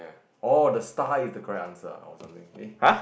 oh the star is the correct answer ah or something eh